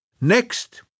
Next